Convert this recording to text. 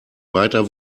weiter